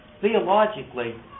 theologically